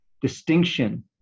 distinction